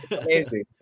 Amazing